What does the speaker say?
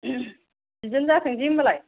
बिदिनो जाथोंसै होमबालाय